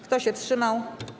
Kto się wstrzymał?